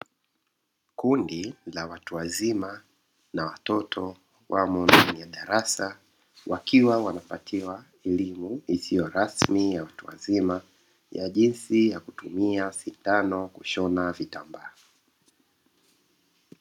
Kundi la watu wazima na watoto wamo ndani ya darasa wakiwa wanapatiwa elimu isiyo rasmi ya watu wazima ya jinsi ya kutumia sindano kushona vitambaa.